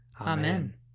Amen